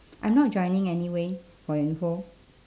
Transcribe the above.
I'm not joining anyway for your info